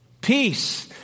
peace